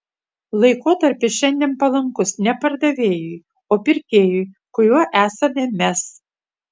laikotarpis šiandien palankus ne pardavėjui o pirkėjui kuriuo esame mes